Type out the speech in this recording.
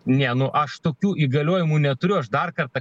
ne nu aš tokių įgaliojimų neturiu aš dar kartą